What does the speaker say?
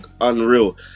unreal